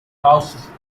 house